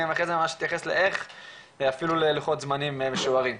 אני אחרי זה אתייחס לאיך ואפילו ללוחות זמנים משוערים.